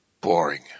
boring